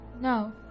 No